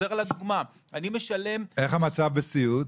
איך המצב בסיעוד?